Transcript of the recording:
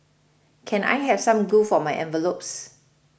can I have some glue for my envelopes